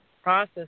process